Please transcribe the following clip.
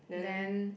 then